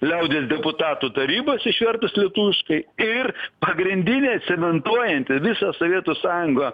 liaudies deputatų tarybas išvertus lietuviškai ir pagrindinė cementuojanti visą sovietų sąjungą